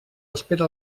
espera